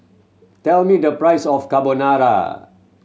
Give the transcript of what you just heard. tell me the price of Carbonara